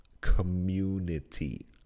Community